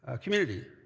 community